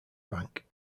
bank